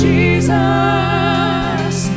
Jesus